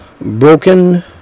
broken